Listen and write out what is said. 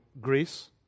Greece